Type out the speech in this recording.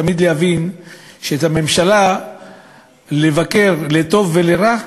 תמיד להבין שאת הממשלה אפשר לבקר לטוב ולרע,